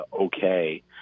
okay